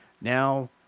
Now